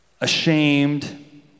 ashamed